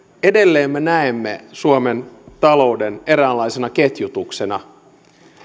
edelleen me näemme suomen talouden eräänlaisena ketjutuksena